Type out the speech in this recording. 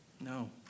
No